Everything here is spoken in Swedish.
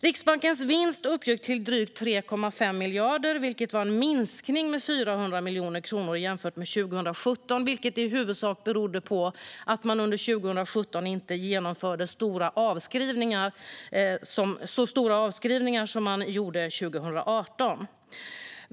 Riksbankens vinst uppgick till drygt 3,5 miljarder, vilket var en minskning med 400 miljoner kronor jämfört med 2017, vilket i huvudsak berodde på att man under 2017 inte genomförde så stora avskrivningar som man gjorde 2018.